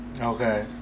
okay